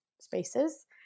spaces